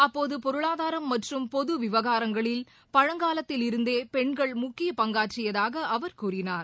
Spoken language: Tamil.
அப்போது பொருளாதாரம் மற்றும் பொது விவகாரங்களில் பழங்காலத்தில் இருந்தே பெண்கள் முக்கிய பங்காற்றியதாக அவர் கூறினார்